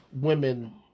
women